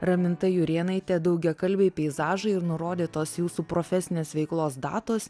raminta jurėnaitė daugiakalbiai peizažai ir nurodytos jūsų profesinės veiklos datos